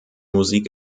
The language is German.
musik